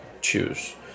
choose